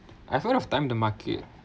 I thought of time the market